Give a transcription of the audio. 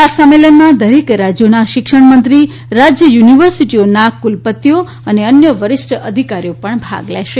આ સંમેલનમાં દરેક રાજ્યોના શિક્ષણ મંત્રી રાજ્ય યુનિવર્સિટીઓના કુલપતિઓ અને અન્ય વરિષ્ઠ અધિકારીઓ પણ ભાગ લઈ રહ્યા છે